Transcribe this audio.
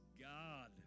God